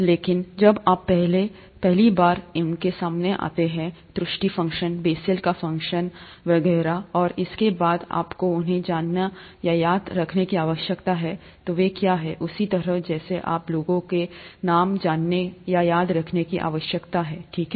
लेकिन जब आप पहली बार उनके सामने आते हैं त्रुटि फंक्शन बेसेल का फंक्शन वगैरह और इसके बाद आपको उन्हें जानने या याद रखने की आवश्यकता है वे क्या हैं उसी तरह जैसे आपको लोगों के नाम जानने या याद रखने की आवश्यकता है ठीक है